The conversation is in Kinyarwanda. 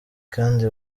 kandi